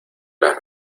las